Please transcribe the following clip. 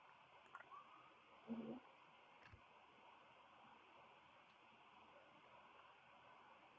mmhmm